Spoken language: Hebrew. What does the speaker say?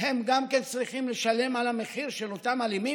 גם הם צריכים לשלם את המחיר של אותם אלימים?